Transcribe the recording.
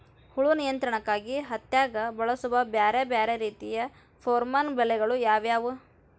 ಹುಳು ನಿಯಂತ್ರಣಕ್ಕಾಗಿ ಹತ್ತ್ಯಾಗ್ ಬಳಸುವ ಬ್ಯಾರೆ ಬ್ಯಾರೆ ರೇತಿಯ ಪೋರ್ಮನ್ ಬಲೆಗಳು ಯಾವ್ಯಾವ್?